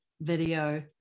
video